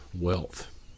wealth